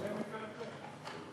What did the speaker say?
מלא מפה לפה.